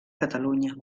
catalunya